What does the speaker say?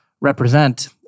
represent